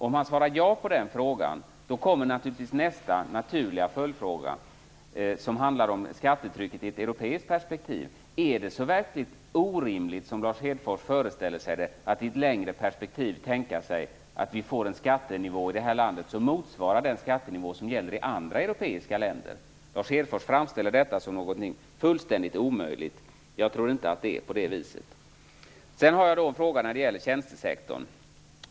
Om han svarar ja på den frågan, kommer nästa naturliga fråga, som handlar om skattetrycket i ett europeiskt perspektiv: Är det verkligen så orimligt som Lars Hedfors föreställer sig att i ett längre perspektiv tänka sig att vi får en skattenivå i det här landet som motsvarar den skattenivå som gäller i andra europeiska länder? Lars Hedfors framställer detta som någonting fullständigt omöjligt. Jag tror inte att det är på det viset. Sedan har jag en fråga som gäller tjänstesektorn.